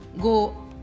go